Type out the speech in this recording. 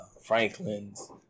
Franklin's